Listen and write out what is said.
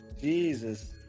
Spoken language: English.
Jesus